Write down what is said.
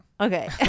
Okay